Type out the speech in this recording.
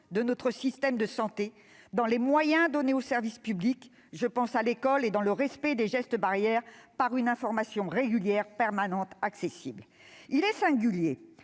de notre système de santé, dans les moyens donnés au service public- je pense à l'école -et dans le respect des gestes barrières, par une information régulière, permanente, accessible. Il est singulier